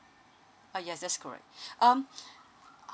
uh yes that's correct um